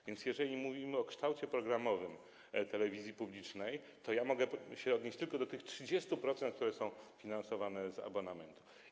A więc jeżeli mówimy o kształcie programowym telewizji publicznej, to ja mogę się odnieść tylko do tych 30%, które są finansowane z abonamentu.